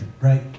right